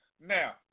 Now